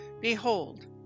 Behold